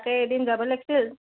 তাকেই এদিন যাব লাগিছিল